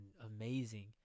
amazing